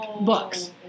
books